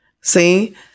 See